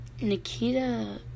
Nikita